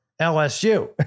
LSU